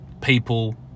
people